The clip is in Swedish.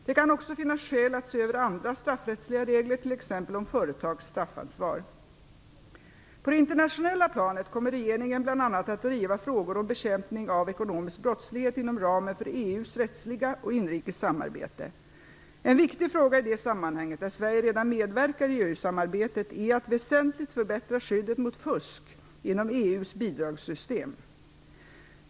Det kan också finnas skäl att se över andra straffrättsliga regler, t.ex. om företags straffansvar. På det internationella planet kommer regeringen bl.a. att driva frågor om bekämpning av ekonomisk brottslighet inom ramen för EU:s rättsliga och inrikes samarbete. En viktig fråga i det sammanhanget, där Sverige redan medverkar i EU-samarbetet, är att väsentligt förbättra skyddet mot fusk inom EU:s bidragssystem.